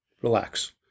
relax